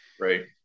right